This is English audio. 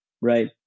right